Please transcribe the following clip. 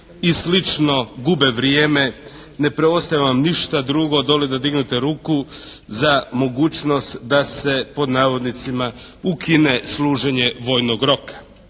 i slično gube vrijeme ne preostaje vam ništa drugo doli da dignete ruku za mogućnost da se, pod navodnicima "ukine" služenje vojnog roka.